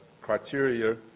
criteria